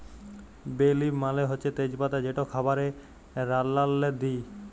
বে লিফ মালে হছে তেজ পাতা যেট খাবারে রাল্লাল্লে দিই